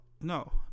no